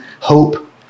hope